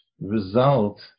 result